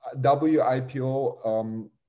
WIPO